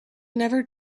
never